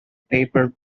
paper